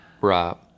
Right